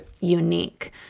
unique